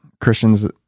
Christians